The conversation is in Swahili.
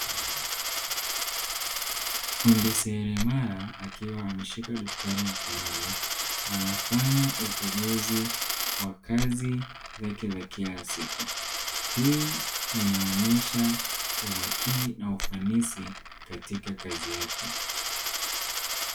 Fundi selemara akiwa ameshika daktari mkononi, anafanya ukaguzi wa kazi za kila siku hii inaonyesha umakini na ufanisi katika kazi yake.